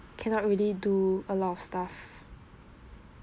cannot really do a lot of stuff